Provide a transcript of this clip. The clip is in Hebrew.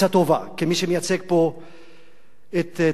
כמי שמייצג פה את טורקיה,